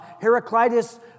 Heraclitus